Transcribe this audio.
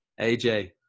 AJ